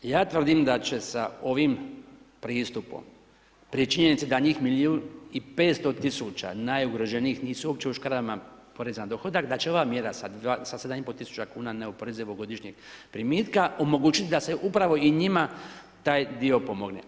Ja tvrdim da će sa ovim pristupom pri činjenicu da njih milijun i 500 000 najugroženijih nisu uopće u škarama poreza na dohodak, da će ova mjera sa 7 500 neoporezivog godišnjeg primitka omogućiti da se upravo i njima taj dio pomogne.